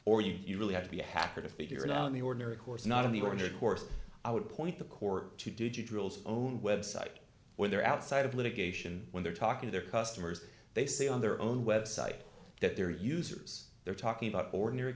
or you really have to be a hacker to figure it out in the ordinary course not in the ordered course i would point the court to do drills own website where they're outside of litigation when they're talking to their customers they say on their own website that their users they're talking about ordinary